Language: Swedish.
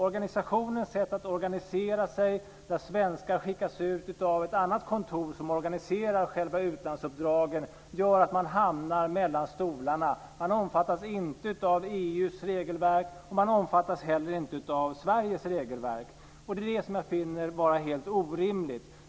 Organisationens sätt att organisera sig, där svenskar skickas ut av ett annat kontor som organiserar själva utlandsuppdragen, gör att den hamnar mellan stolarna. Den omfattas inte av EU:s regelverk och den omfattas inte heller av Sveriges regelverk. Det är det som jag finner vara helt orimligt.